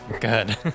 Good